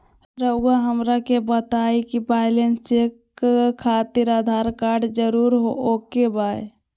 रउआ हमरा के बताए कि बैलेंस चेक खातिर आधार कार्ड जरूर ओके बाय?